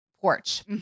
porch